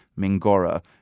Mingora